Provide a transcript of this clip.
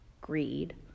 greed